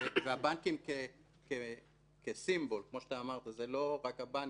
והבנקים כסמל, כמו שאמרת זה לא רק הבנקים,